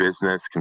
business